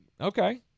okay